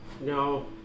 No